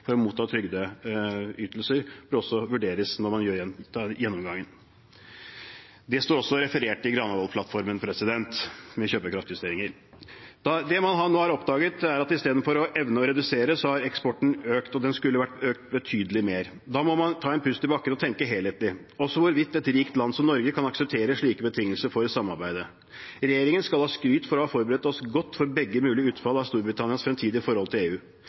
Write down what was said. for å motta trygdeytelser. Det bør også vurderes når man har gjennomgangen. Det med kjøpekraftjusteringer står også referert i Granavolden-plattformen. Det man nå har oppdaget, er at istedenfor å evne å redusere har eksporten økt – og den skulle vært økt betydelig mer. Da må man ta en pust i bakken og tenke helhetlig – også på hvorvidt et rikt land som Norge kan akseptere slike betingelser for samarbeidet. Regjeringen skal ha skryt for å ha forberedt oss godt for begge mulige utfall av Storbritannias fremtidige forhold til EU.